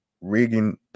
Reagan